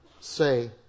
say